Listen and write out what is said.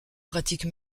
pratique